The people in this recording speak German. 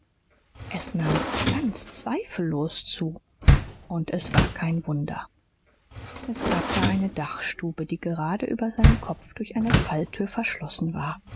es nahm ganz zweifellos zu und es war kein wunder es gab da eine dachstube die gerade über seinem kopf durch eine falltür verschlossen war